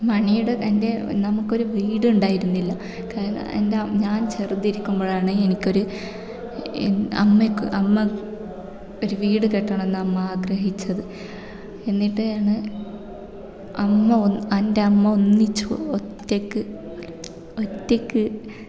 മണിയുടെ എൻ്റെ നമുക്കൊരു വീടുണ്ടായിരുന്നില്ല കാരണം എൻ്റെ അം ഞാൻ ചെറുതായിരിക്കുമ്പോഴാണ് എനിക്കൊരു അമ്മയ്ക്ക് അമ്മ ഒരു വീട് കെട്ടണമെന്ന് അമ്മ ആഗ്രഹിച്ചത് എന്നിട്ടാണ് അമ്മ എൻ്റമ്മ ഒന്നിച്ചു ഒറ്റയ്ക്ക് ഒറ്റക്ക്